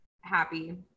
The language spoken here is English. happy